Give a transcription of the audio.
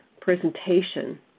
presentation